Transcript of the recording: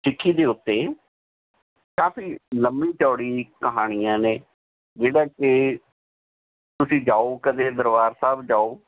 ਸਿੱਖੀ ਦੇ ਉੱਤੇ ਕਾਫੀ ਲੰਮੀ ਚੌੜੀ ਕਹਾਣੀਆਂ ਨੇ ਜਿਹੜਾ ਕਿ ਤੁਸੀਂ ਜਾਉ ਕਦੇ ਦਰਬਾਰ ਸਾਹਿਬ ਜਾਉ